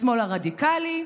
לשמאל הרדיקלי,